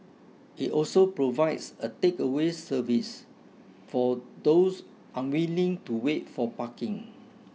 it also provides a takeaway service for those unwilling to wait for parking